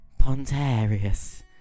Pontarius